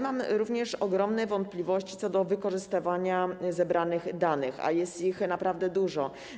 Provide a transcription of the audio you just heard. Mamy również ogromne wątpliwości co do wykorzystywania zebranych danych, których jest naprawdę dużo.